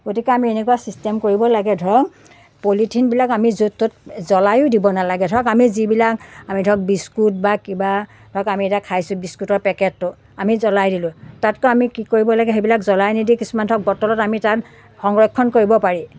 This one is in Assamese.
গতিকে আমি এনেকুৱা ছিষ্টেম কৰিব লাগে ধৰক পলিথিনবিলাক আমি য'ত ত'ত জ্বলায়ো দিব নালাগে ধৰক আমি যিবিলাক আমি ধৰক বিস্কুট বা কিবা ধৰক আমি এতিয়া খাইছোঁ বিস্কুটৰ পেকেটটো আমি জ্বলাই দিলোঁ তাতকৈ আমি কি কৰিব লাগে সেইবিলাক জ্বলাই নিদি কিছুমান ধৰক বটলত আমি তাত সংৰক্ষণ কৰিব পাৰি